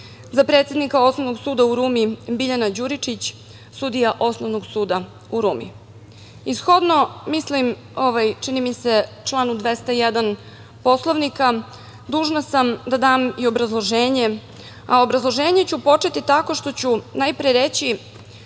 za predsednika Osnovnog suda u Rumi Biljana Đuričić, sudija Osnovnog suda u Rumi. Shodno članu 201. Poslovnika, dužna sam da dam i obrazloženje, a obrazloženje ću početi tako što ću najpre reći